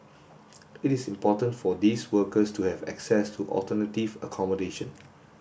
it is important for these workers to have access to alternative accommodation